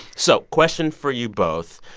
so question for you both.